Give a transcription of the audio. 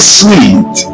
sweet